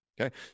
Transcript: Okay